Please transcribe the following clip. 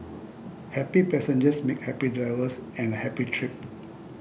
happy passengers make happy drivers and a happy trip